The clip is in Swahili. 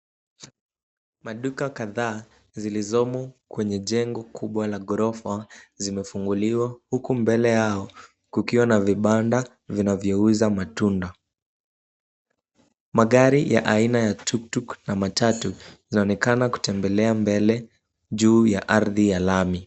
Maduka kadhaa zilizomo kwenye jengo kubwa la ghorofa zimefunguliwa, huku mbele yao kukiwa na vibanda vinavyouza matunda. Magari ya aina ya tuktuk na matatu zinaonekana kutembelea mbele juu ya ardhi ya lami.